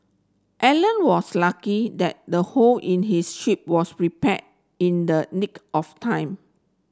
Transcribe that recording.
Alan was lucky that the hole in his ship was repair in the nick of time